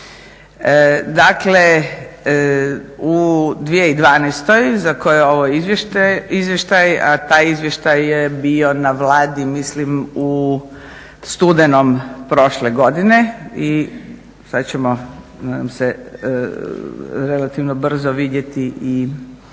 Dakle, u 2012. za koju je ovo izvještaj a taj izvještaj je bio na Vladi mislim u studenom prošle godine i sada ćemo nadam se relativno brzo vidjeti i